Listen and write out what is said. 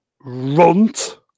runt